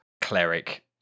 cleric